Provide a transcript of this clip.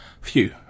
Phew